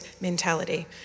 mentality